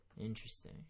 Interesting